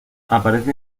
aparece